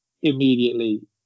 Immediately